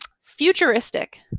Futuristic